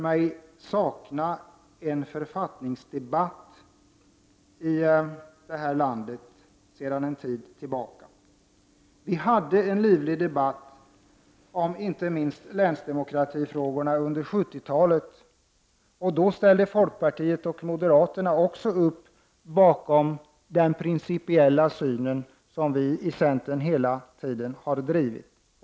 Jag saknar en författningsdebatt i det här landet sedan en tid tillbaka. Vi hade en livlig debatt om inte minst länsdemokratifrågorna under 1970-talet. Då ställde folkpartiet och moderaterna också upp bakom den principiella syn som vi i centern hela tiden har haft.